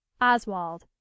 Oswald